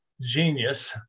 genius